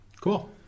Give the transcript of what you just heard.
cool